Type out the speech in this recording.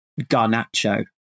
Garnacho